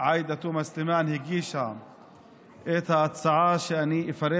עאידה תומא סלימאן הגישה את ההצעה שאני אפרט.